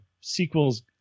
sequels